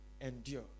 endure